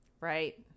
Right